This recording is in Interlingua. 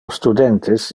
studentes